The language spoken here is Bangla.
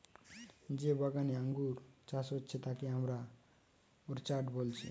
যে বাগানে আঙ্গুর চাষ হচ্ছে যাকে আমরা অর্চার্ড বলছি